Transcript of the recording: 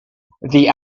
the